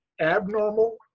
abnormal